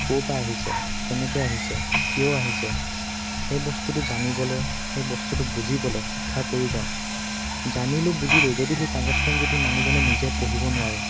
ক'ৰপৰা আহিছে কেনেকৈ আহিছে কিয় আহিছে সেই বস্তুটো জানিবলৈ সেই বস্তুটো বুজিবলৈ শিক্ষাৰ প্ৰয়োজন জানিলোঁ বুজিলোঁ যদি সেই কাগজখন যদি মানুহজনে নিজে পঢ়িব নোৱাৰে